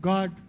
God